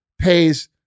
pays